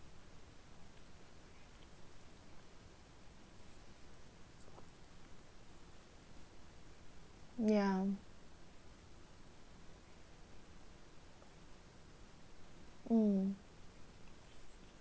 yeah mm